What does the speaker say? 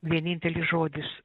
vienintelis žodis